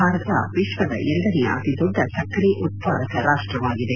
ಭಾರತ ವಿಶ್ವದ ಎರಡನೇಯ ಅತಿ ದೊಡ್ಡ ಸಕ್ಕರೆ ಉತ್ಪಾದಕ ರಾಷ್ಟವಾಗಿದೆ